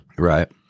Right